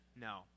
No